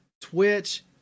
twitch